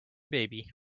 baby